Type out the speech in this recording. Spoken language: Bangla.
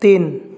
তিন